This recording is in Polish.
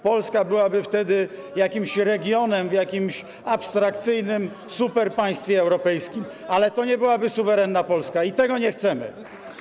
Polska byłaby wtedy jakimś regionem w jakimś abstrakcyjnym superpaństwie europejskim, ale to nie byłaby suwerenna Polska i tego nie chcemy.